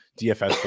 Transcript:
DFS